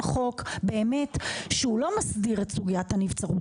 חוק באמת שהוא לא מסדיר את סוגיית הנבצרות,